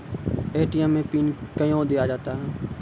ATM मे PIN कयो दिया जाता हैं?